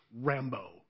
Rambo